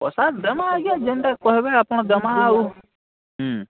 ପଏସା ଦେମା ଆଜ୍ଞା ଯେନ୍ଟା କହେବେ ଆପଣ୍ ଦେମା ଆଉ